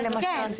למשל?